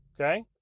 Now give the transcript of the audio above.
okay